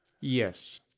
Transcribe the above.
Yes